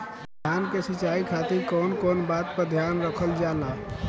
धान के सिंचाई खातिर कवन कवन बात पर ध्यान रखल जा ला?